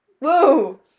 Woo